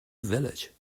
village